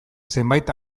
zenbait